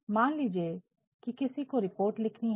मान लीजिए कि किसी को एक रिपोर्ट लिखनी है